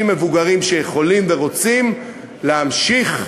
מבוגרים שיכולים ורוצים בכך להמשיך ולעבוד.